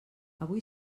avui